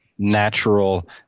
natural